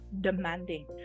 demanding